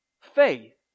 Faith